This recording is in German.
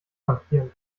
frankieren